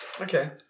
Okay